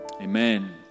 Amen